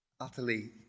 utterly